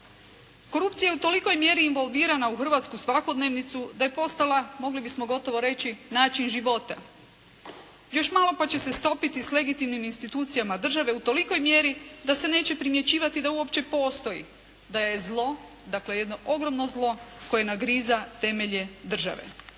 korupcija je u tolikoj mjeri involvirana u hrvatsku svakodnevnicu da je postala mogli bismo gotovo reći način života. Još malo pa će se stopiti s legitimnim institucijama države u tolikoj mjeri da se neće primjećivati da uopće postoji. Da je zlo, dakle jedno ogromno zlo koje nagriza temelje države.